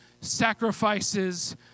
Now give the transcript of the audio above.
sacrifices